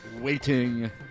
Waiting